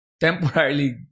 temporarily